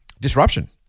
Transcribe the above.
disruption